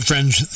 Friends